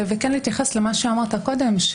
וכן אתייחס למה שאמרת קודם,